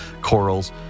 corals